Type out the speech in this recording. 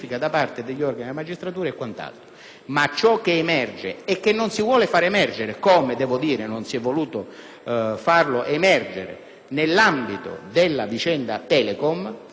ciò che emerge - e che non si vuole far emergere, come non si è voluto far emergere nell'ambito della vicenda Telecom, che è una vicenda assolutamente